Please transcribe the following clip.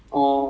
and